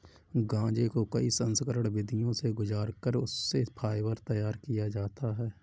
गांजे को कई संस्करण विधियों से गुजार कर उससे फाइबर तैयार किया जाता है